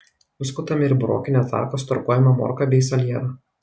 nuskutame ir burokine tarka sutarkuojame morką bei salierą